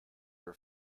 your